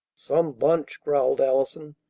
some bunch! growled allison.